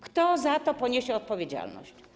Kto za to poniesie odpowiedzialność?